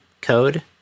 code